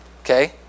Okay